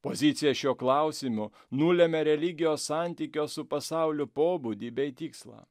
pozicija šiuo klausimu nulemia religijos santykio su pasauliu pobūdį bei tikslą